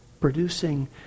Producing